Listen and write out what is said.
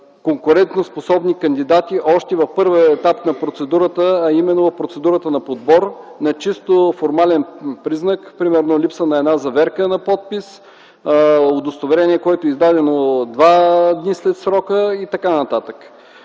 конкурентоспособни кандидати още в първия етап на процедурата, а именно в процедурата на подбор, на чисто формален признак, примерно липса на заверка на подпис, удостоверение, което е издадено два дни след срока и т.н.